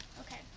Okay